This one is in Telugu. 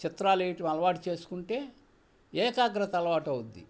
చిత్రాలేయటం అలవాటు చేసుకుంటే ఏకాగ్రత అలవాటవుతుంది